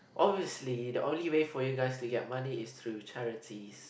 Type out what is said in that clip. obviously the only way for you guys to get money is through charities